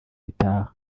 gitaha